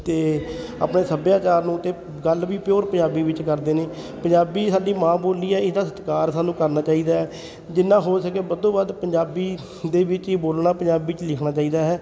ਅਤੇ ਆਪਣੇ ਸੱਭਿਆਚਾਰ ਨੂੰ ਅਤੇ ਗੱਲ ਵੀ ਪਿਓਰ ਪੰਜਾਬੀ ਵਿੱਚ ਕਰਦੇ ਨੇ ਪੰਜਾਬੀ ਸਾਡੀ ਮਾਂ ਬੋਲੀ ਹੈ ਇਹਦਾ ਸਤਿਕਾਰ ਸਾਨੂੰ ਕਰਨਾ ਚਾਹੀਦਾ ਹੈ ਜਿੰਨਾ ਹੋ ਸਕੇ ਵੱਧੋ ਵੱਧ ਪੰਜਾਬੀ ਦੇ ਵਿੱਚ ਹੀ ਬੋਲਣਾ ਪੰਜਾਬੀ 'ਚ ਲਿਖਣਾ ਚਾਹੀਦਾ ਹੈ